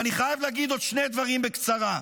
ואני חייב להגיד עוד שני דברים בקצרה.